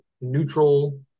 neutral